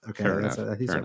okay